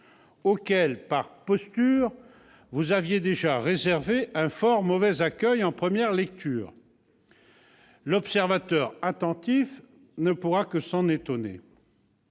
auquel, par posture, vous aviez déjà réservé un fort mauvais accueil en première lecture. L'observateur attentif ne pourra que s'en étonner.